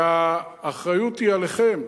והאחריות היא עליכם,